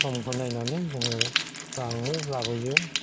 समखौ नायनानै जोङो लाङो लाबोयो